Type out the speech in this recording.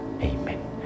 Amen